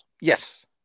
Yes